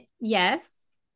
yes